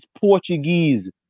Portuguese